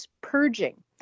purging